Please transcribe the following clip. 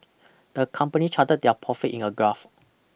the company charted their profit in a graph